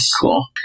cool